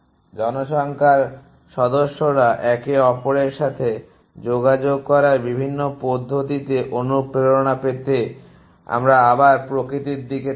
জনসংখ্যার সদস্যরা একে অপরের সাথে যোগাযোগ করে বিভিন্ন পদ্ধতিতে অনুপ্রেরণা পেতে আমরা আবার প্রকৃতির দিকে তাকাই